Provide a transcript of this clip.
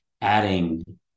adding